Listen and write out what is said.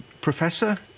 Professor